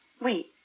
wait